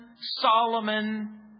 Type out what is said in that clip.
Solomon